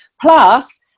Plus